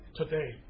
today